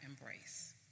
embrace